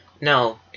no